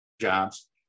jobs